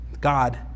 God